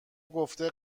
گفته